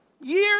Year